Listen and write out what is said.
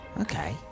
Okay